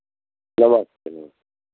नमस्ते नमस्ते